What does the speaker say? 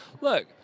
Look